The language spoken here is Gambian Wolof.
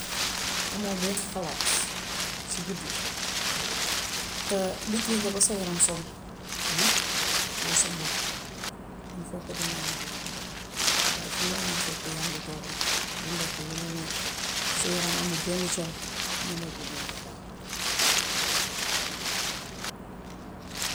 Amoo benn xalaat si guddi gi liggéey nga ba sa yaram sonnu, boo sangoo il faut que dinga am nelaw bu doy. Waaye fu la waay fekk rekk, yaa ngi toog rekk, di lekk lu la neex, sa yaram amul benn coono, nelaw bu doy doo ko am.